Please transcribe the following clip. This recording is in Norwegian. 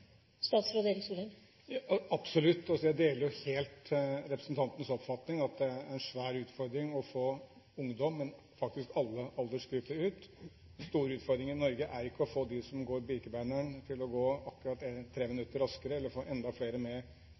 Absolutt! Jeg deler helt representantens oppfatning at det er en svær utfordring å få ungdom – og faktisk alle aldersgrupper – ut. Den store utfordringen i Norge er ikke å få dem som går Birkebeiner’n, til å gå akkurat tre minutter raskere, eller få enda flere med